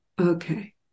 Okay